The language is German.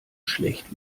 schlecht